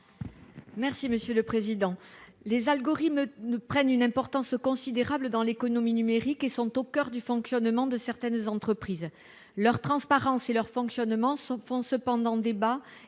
Mme Viviane Artigalas. Les algorithmes prennent une importance considérable dans l'économie numérique et sont au coeur du fonctionnement de certaines entreprises. Leur transparence et leur fonctionnement font cependant débat